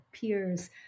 peers